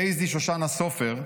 רייזי שושנה סופר,